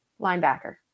linebacker